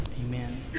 Amen